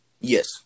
Yes